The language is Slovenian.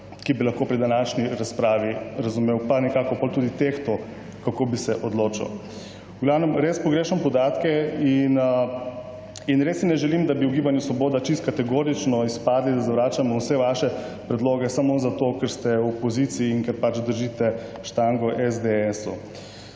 ki bi lahko pri današnji razpravi razumel, pa nekako potem tudi tehtal kako bi se odločal. V glavnem res pogrešam podatke in res si ne želim, da bi v Gibanju Svoboda čisto kategorično izpadli, da zavračamo vse vaše predloge samo zato, ker ste v opoziciji in ker pač držite štango SDS-u.